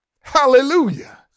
Hallelujah